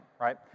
right